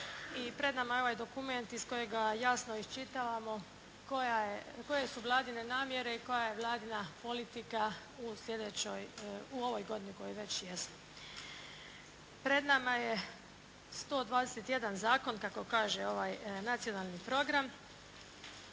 pred nama je ovaj dokument iz kojega jasno iščitavamo koja je, koje su Vladine namjere i koja je Vladina politika u sljedećoj, u ovoj godini u kojoj već jesmo. Pred nama je 121 zakon kako kaže ovaj nacionalni program